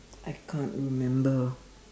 I can't remember